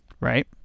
right